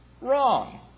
Wrong